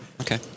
Okay